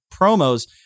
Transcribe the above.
promos